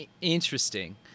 Interesting